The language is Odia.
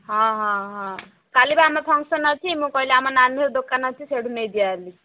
ହଁ ହଁ ହଁ କାଲି ବା ଆମ ଫଙ୍କସନ୍ ଅଛି ମୁଁ କହିଲି ଆମ ନାନୀର ଦୋକାନ ଅଛି ସେଇଠୁ ନେଇଯିବା ବୋଲି